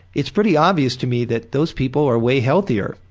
it's pretty obvious to me that those people are way healthier,